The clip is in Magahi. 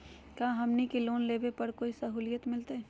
का हमनी के लोन लेने पर कोई साहुलियत मिलतइ?